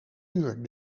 uur